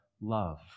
love